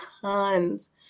tons